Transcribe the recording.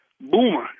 Boomer